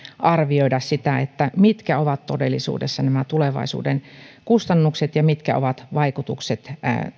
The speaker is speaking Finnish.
arvioida sitä mitkä ovat todellisuudessa nämä tulevaisuuden kustannukset ja mitkä ovat vaikutukset